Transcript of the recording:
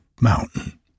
Mountain